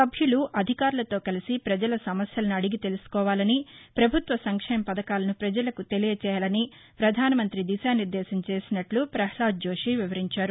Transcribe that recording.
సభ్యులు అధికారులతో కలసి ప్రపజల సమస్యలను అడిగి తెలుసుకోవాలని ప్రభుత్వ సంక్షేమ పధకాలను ప్రజలకు తెలియచేయాలని ప్రధాన మంఁతి దిశానిర్దేశం చేసినట్లు పహ్లాద్ జోషీ వివరించారు